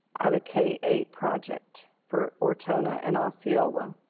of a k eight project for ortona and osceola,